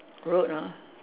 road ah